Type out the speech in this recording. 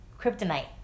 Kryptonite